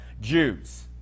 Jews